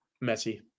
messy